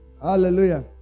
Hallelujah